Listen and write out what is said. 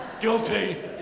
Guilty